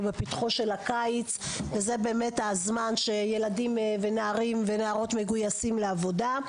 אנחנו בפתחו של הקיץ וזה באמת הזמן בו נערים ונערות מגויסים לעבודה.